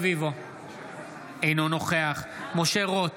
אינו נוכח משה רוט,